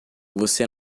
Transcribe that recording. você